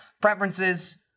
preferences